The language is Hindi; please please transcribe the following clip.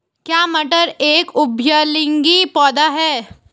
क्या मटर एक उभयलिंगी पौधा है?